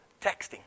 texting